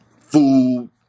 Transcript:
food